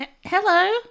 Hello